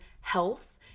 health